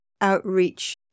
outreach